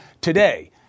today